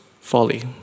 folly